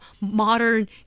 modern